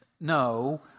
no